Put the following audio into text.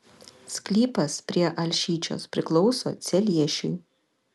sklypas prie alšyčios priklauso celiešiui